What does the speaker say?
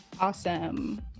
awesome